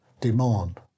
demand